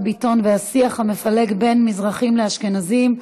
ביטון והשיח המפלג בין מזרחים לאשכנזים: